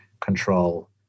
control